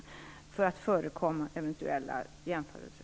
Detta säger jag för att förekomma eventuella jämförelser.